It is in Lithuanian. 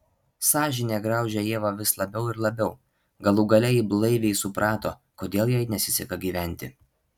sąžinė graužė ievą vis labiau ir labiau galų gale ji blaiviai suprato kodėl jai nesiseka gyventi